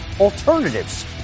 alternatives